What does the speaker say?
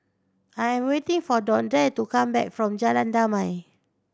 I am waiting for Dondre to come back from Jalan Damai